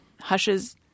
hushes